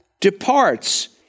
departs